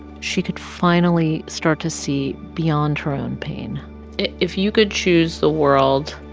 she could finally start to see beyond her own pain if you could choose the world